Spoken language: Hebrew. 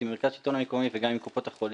עם מרכז השלטון המקומי וגם עם קופות החולים.